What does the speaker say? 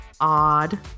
odd